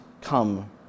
come